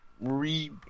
re